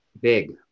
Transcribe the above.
Big